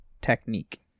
technique